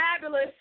fabulous